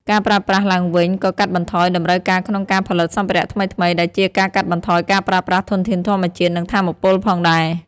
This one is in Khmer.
ការប្រើប្រាស់ឡើងវិញក៏កាត់បន្ថយតម្រូវការក្នុងការផលិតសម្ភារៈថ្មីៗ ដែលជាការកាត់បន្ថយការប្រើប្រាស់ធនធានធម្មជាតិ និងថាមពលផងដែរ។